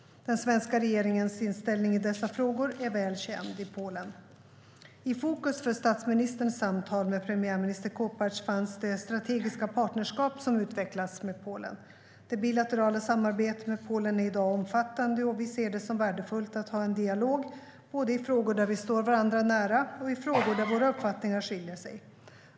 Den svenska regeringens inställning i dessa frågor är väl känd i Polen. I fokus för statsministerns samtal med premiärminister Kopacz fanns det strategiska partnerskap som utvecklats med Polen. Det bilaterala samarbetet med Polen är i dag omfattande, och vi ser det som värdefullt att ha en dialog både i frågor där vi står varandra nära och i frågor där våra uppfattningar skiljer sig åt.